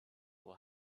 will